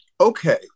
Okay